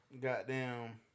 Goddamn